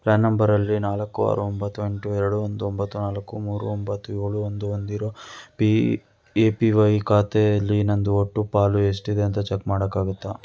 PAN ನಂಬರಲ್ಲಿ ನಾಲ್ಕು ಆರು ಒಂಬತ್ತು ಎಂಟು ಎರಡು ಒಂದು ಒಂಬತ್ತು ನಾಲ್ಕು ಮೂರು ಒಂಬತ್ತು ಏಳು ಒಂದು ಹೊಂದಿರೋ ಪಿ ಎ ಪಿ ವೈ ಖಾತೆಯಲ್ಲಿ ನನ್ನದು ಒಟ್ಟು ಪಾಲು ಎಷ್ಟಿದೆ ಅಂತ ಚೆಕ್ ಮಾಡೋಕ್ಕಾಗತ್ತಾ